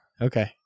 Okay